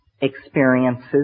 experiences